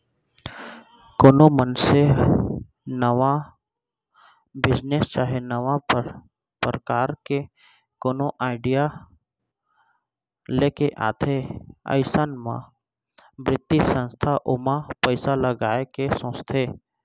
कोनो मनसे नवा बिजनेस चाहे नवा परकार के कोनो आडिया लेके आथे अइसन म बित्तीय संस्था ओमा पइसा लगाय के सोचथे